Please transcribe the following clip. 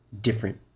different